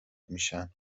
میشن